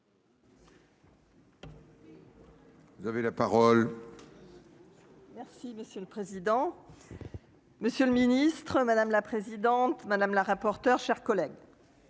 Vous avez la parole. Merci monsieur le président. Monsieur le ministre, madame la présidente madame la rapporteure, chers collègues.